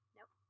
Nope